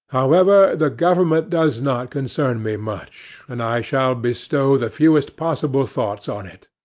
however, the government does not concern me much, and i shall bestow the fewest possible thoughts on it.